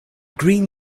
green